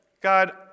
God